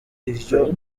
ivyo